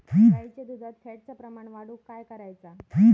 गाईच्या दुधात फॅटचा प्रमाण वाढवुक काय करायचा?